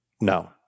No